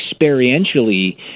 experientially